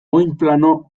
oinplano